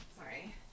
Sorry